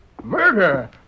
Murder